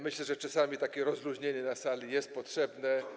Myślę, że czasami takie rozluźnienie na sali jest potrzebne.